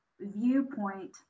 viewpoint